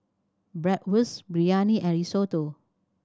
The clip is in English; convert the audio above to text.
Bratwurst Biryani and Risotto